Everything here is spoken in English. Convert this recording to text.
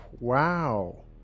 Wow